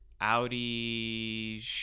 Audi